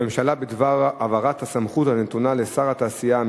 הממשלה בדבר העברת הסמכות הנתונה לשר התעשייה,